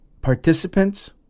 participants